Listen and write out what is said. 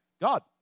God